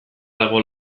dago